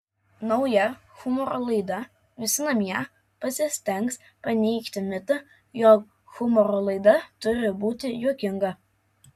nauja humoro laida visi namie pasistengs paneigti mitą jog humoro laida turi būti juokinga